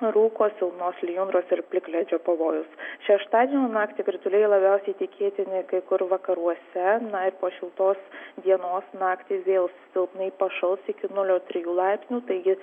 rūko silpnos lijundros ir plikledžio pavojus šeštadienio naktį krituliai labiausiai tikėtini kai kur vakaruose na ir po šiltos dienos naktį vėl silpnai pašals iki nulio trijų laipsnių taigi